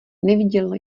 neviděl